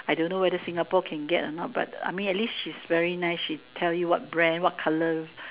I don't know whether Singapore can get a not but I mean at least she's very nice she tell you what brand what colour